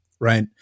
Right